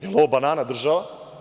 Jel ovo „banana država“